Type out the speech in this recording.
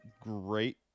great